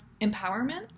empowerment